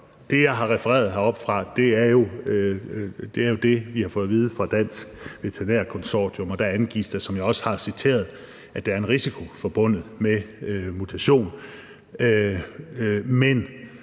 Det, jeg har refereret heroppefra, er jo det, vi har fået at vide fra Dansk Veterinær Konsortium. Og der angives det – som jeg også har citeret – at der er en risiko forbundet med mutation,